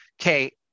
Okay